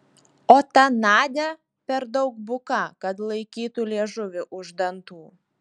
o ta nadia per daug buka kad laikytų liežuvį už dantų